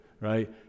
right